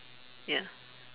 ya